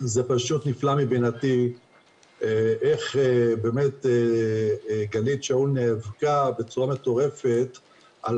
זה פשוט נפלא מבינתי איך באמת גלית שאול נאבקה בצורה מטורפת על